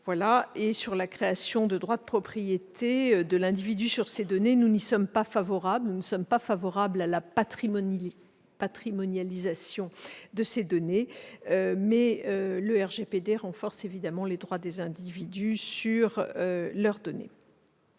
à la création de droits de propriété de l'individu sur ses données ; nous ne voulons pas d'une patrimonialisation de celles-ci. Mais le RGPD renforce évidemment les droits des individus sur leurs données.